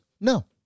No